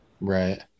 Right